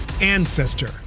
ancestor